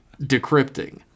decrypting